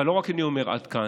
אבל לא רק אני אומר עד כאן,